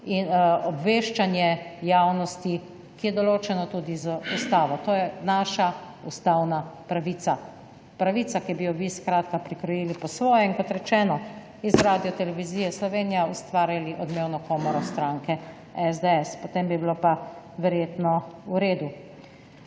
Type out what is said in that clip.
obveščanje javnosti, ki je določeno tudi z ustavo. To je naša ustavna pravica. Pravica, ki bi jo vi skratka prikrojili po svoje in, kot rečeno, iz Radiotelevizije Slovenija ustvarjali odmevno komoro stranke SDS. Potem bi bilo pa verjetno v redu.